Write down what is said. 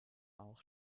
auch